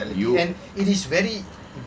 eh you